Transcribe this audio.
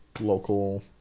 local